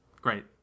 Great